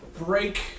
break